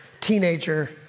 teenager